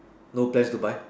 no place to buy